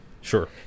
Sure